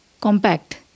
compact